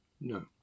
No